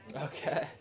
Okay